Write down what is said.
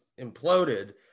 imploded